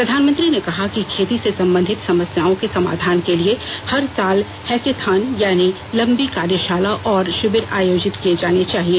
प्रधानमंत्री ने कहा है कि खेती से संबंधित समस्याओं के समाधान के लिए हर साल हैकेथान यानि लंबी कार्यशाला और शिविर आयोजित किये जाने चाहिए